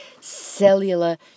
cellular